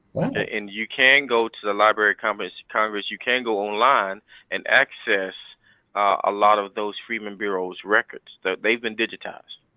and you can go to the library of congress. you can go online and access a lot of those freedmen bureau's records. they've been digitized.